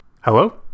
Hello